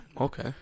Okay